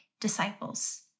disciples